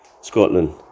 Scotland